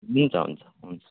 हुन्छ हुन्छ हुन्छ